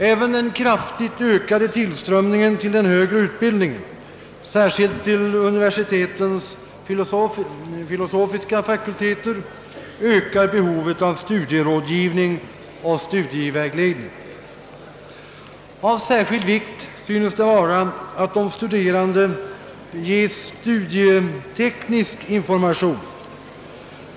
Även den kraftigt ökade tillströmningen till den högre utbildningen, särskilt till universitetens filosofiska fakulteter, ökar behovet av studierådgivning och studievägledning. Av särskild vikt synes det vara att de studerande ges studieteknisk information.